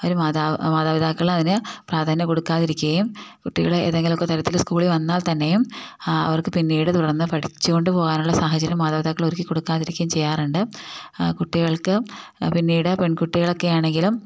ഒരു മാതാവ് മാതാപിതാക്കൾ അതിന് പ്രാധാന്യം കൊടുക്കാതിരിക്കുകയും കുട്ടികൾ ഏതെങ്കിലുമൊക്കെ തരത്തിൽ സ്കൂളിൽ വന്നാൽ തന്നെയും അവർക്ക് പിന്നീട് തുടർന്ന് പഠിച്ചു കൊണ്ട് പോകാനുള്ള സാഹചര്യം മാതാപിതാക്കൾ ഒരുക്കി കൊടുക്കാതിരിക്കുകയും ചെയ്യാറുണ്ട് ആ കുട്ടികൾക്ക് പിന്നീട് പെൺകുട്ടികളൊക്കെ ആണെങ്കിലും